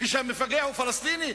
כשהמפגע הוא פלסטיני.